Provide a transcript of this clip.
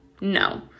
No